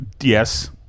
Yes